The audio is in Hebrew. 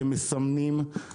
אתם מסמנים,